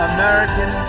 American